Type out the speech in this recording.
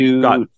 got